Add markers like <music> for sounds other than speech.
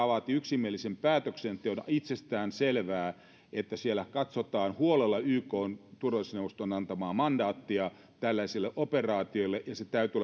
<unintelligible> vaatii yksimielisen päätöksen ja on itsestäänselvää että siellä katsotaan huolella ykn turvallisuusneuvoston antamaa mandaattia tällaisille operaatioille ja sen täytyy <unintelligible>